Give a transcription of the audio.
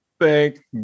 Thank